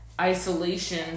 isolation